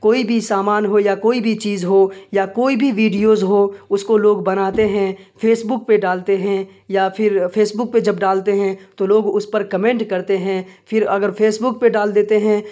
کوئی بھی سامان ہو یا کوئی بھی چیز ہو یا کوئی بھی ویڈیوز ہو اس کو لوگ بناتے ہیں فیس بک پہ ڈالتے ہیں یا پھر فیس بک پہ جب ڈالتے ہیں تو لوگ اس پر کمنٹ کرتے ہیں پھر اگر فیس بک پہ ڈال دیتے ہیں